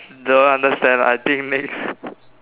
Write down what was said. don't understand I think next